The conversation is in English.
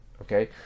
okay